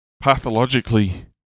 pathologically